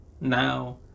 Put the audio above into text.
now